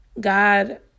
God